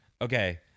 Okay